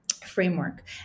framework